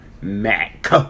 Mac